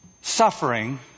suffering